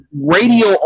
radio